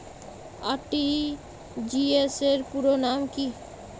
RTGS র পুরো নাম কি?